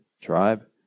tribe